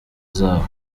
zabo